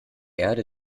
erde